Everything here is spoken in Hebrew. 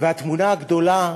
והתמונה הגדולה